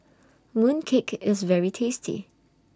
Mooncake IS very tasty